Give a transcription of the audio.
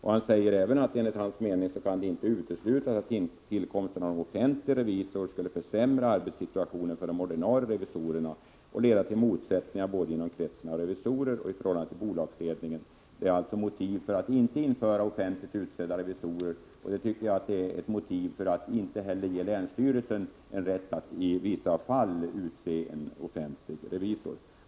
Han säger även att enligt hans mening kan det inte uteslutas att tillkomsten av en offentlig revisor skulle försämra arbetssituationen för de ordinarie revisorerna och leda till motsättningar både inom kretsen av revisorer och i förhållande till bolagsledningen. Detta är alltså motiv för att inte ha offentligt utsedda revisorer. Jag tycker att det är ett motiv för att inte heller ge länsstyrelsen en rätt att i vissa fall utse en offentlig revisor.